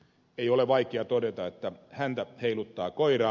ei ole vaikea todeta että häntä heiluttaa koiraa